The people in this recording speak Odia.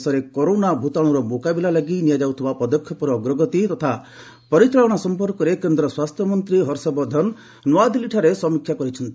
ଦେଶରେ କରୋନା ଭୂତାଣୁର ମୁକାବିଲା ଲାଗି ନିଆଯାଉଥିବା ପଦକ୍ଷେପର ଅଗ୍ରଗତି ତଥା ପରିଚାଳନା ସମ୍ପର୍କରେ କେନ୍ଦ୍ର ସ୍ୱାସ୍ଥ୍ୟମନ୍ତ୍ରୀ ହର୍ଷବର୍ଦ୍ଧନ ନ୍ତଆଦିଲ୍ଲୀରେ ସମୀକ୍ଷା କରିଛନ୍ତି